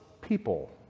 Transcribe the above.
people